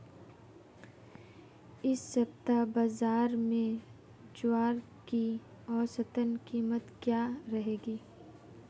इस सप्ताह बाज़ार में ज्वार की औसतन कीमत क्या रहेगी?